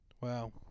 Wow